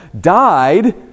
died